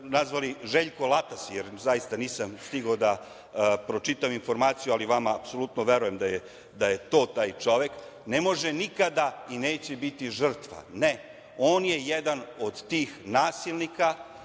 nazvali Željko Latas, jer zaista nisam stigao da pročitam informaciju, ali vama apsolutno verujem da je to taj čovek, ne može nikada i neće biti žrtva. Ne, on je jedan od tih nasilnika